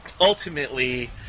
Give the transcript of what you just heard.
ultimately